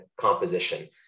composition